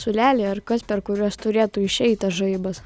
siūleliai ar kas per kuriuos turėtų išeiti žaibas